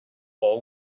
all